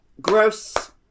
Gross